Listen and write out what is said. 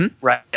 Right